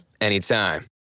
anytime